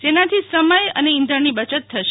જેનાથી સમય અને ઈંધણની બયત થશે